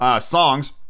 songs